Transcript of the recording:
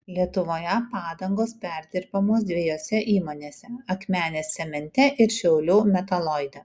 lietuvoje padangos perdirbamos dviejose įmonėse akmenės cemente ir šiaulių metaloide